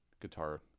guitar